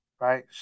right